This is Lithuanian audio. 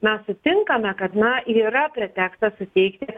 mes sutinkame kad na yra pretekstas suteikti